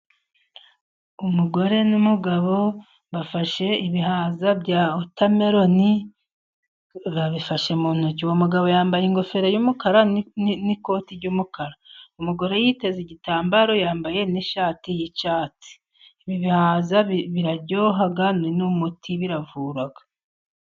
Umugore n'umugabo bafashe ibihaza bya wotameroni ,babifashe mu ntoki. Uwo mugabo yambaye ingofero y'umukara n'ikoti ry'umukara. Umugore yiteze igitambaro, yambaye n'ishati y'icyatsi. Ibi bihaza biraryoha, ni n'umuti biravura.